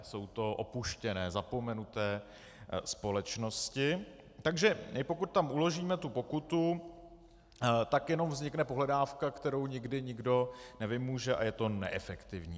Jsou to opuštěné, zapomenuté společnosti, takže pokud tam uložíme pokutu, tak jenom vznikne pohledávka, kterou nikdy nikdo nevymůže a je to neefektivní.